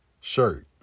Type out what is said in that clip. shirt